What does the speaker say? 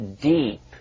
deep